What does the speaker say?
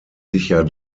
sicher